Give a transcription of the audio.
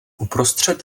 uprostřed